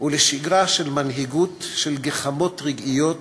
ולשגרה של מנהיגות של גחמות רגעיות